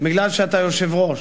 כי אתה יושב-ראש,